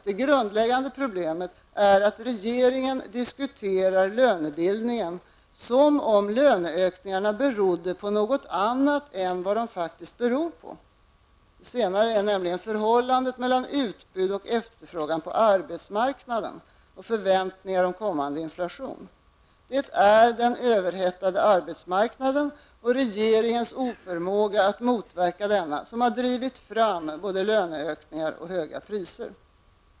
Det grundläggande problemet är att regeringen diskuterar lönebildningen som om löneökningarna berodde på något annat än vad de faktiskt beror på, nämligen förhållandet mellan utbud och efterfrågan på arbetsmarknaden och förväntningar om kommande inflation: Det är den överhettade arbetsmarknaden och regeringens oförmåga att motverka denna som har drivit fram både löneökningar och höga priser.